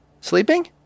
Sleeping